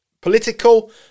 political